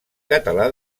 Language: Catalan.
català